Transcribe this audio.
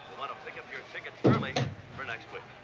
wanna pick up your tickets early for next week.